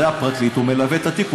הרי הפרקליט מלווה את התיק,